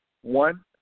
One